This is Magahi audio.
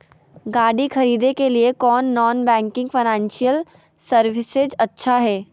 गाड़ी खरीदे के लिए कौन नॉन बैंकिंग फाइनेंशियल सर्विसेज अच्छा है?